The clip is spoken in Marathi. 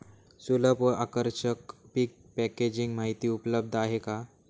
सुलभ व आकर्षक पीक पॅकेजिंग माहिती उपलब्ध आहे का?